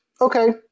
Okay